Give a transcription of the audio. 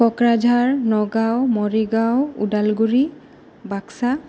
Kokrajhar Nagaon Morigaon Udalguri Baksa